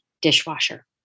dishwasher